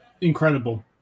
Incredible